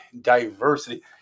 Diversity